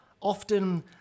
often